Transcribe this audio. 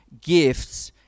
gifts